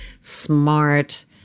smart